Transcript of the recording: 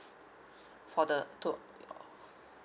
for the to~ your